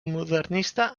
modernista